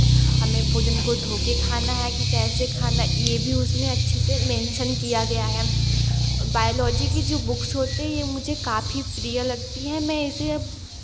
हमें भोजन को धोकर खाना है कि कैसे खाना है यह भी उसमे अच्छे से मेंशन किया गया है बायोलॉजी की जो बुक्स होती हैं यह मुझे काफी प्रिय लगती हैं मैं इसे